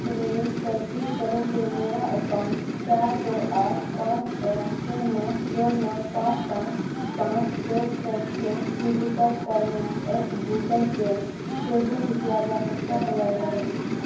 please تصدیق کرو کہ میرا اکاؤنٹ چار دو آٹھ پانچ ایک چھ نو دو نو پانچ پانچ پانچ دو چھ تین digital payment app Google Pay سے لنک کیا جا سکتا ہے یا نہیں